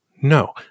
no